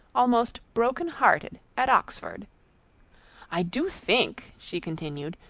almost broken-hearted, at oxford i do think, she continued,